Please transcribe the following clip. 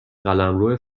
قلمرو